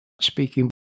speaking